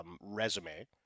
resume